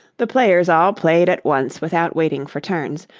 the players all played at once without waiting for turns,